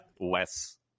less